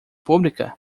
pública